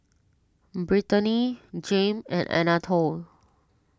Brittani Jame and Anatole